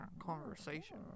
Conversation